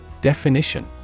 Definition